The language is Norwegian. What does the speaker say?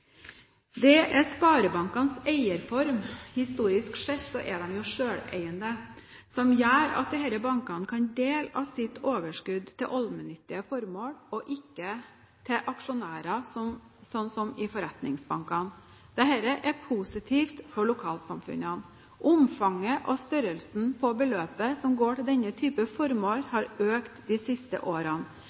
Det er sparebankenes eierform – historisk sett er de selveiende – som gjør at disse bankene kan dele av sitt overskudd til allmennyttige formål og ikke til aksjonærer, slik som i forretningsbankene. Dette er positivt for lokalsamfunnene. Omfanget og størrelsen på beløpet som går til denne type formål, har økt de siste årene.